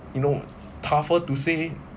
you know tougher to say